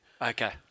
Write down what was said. okay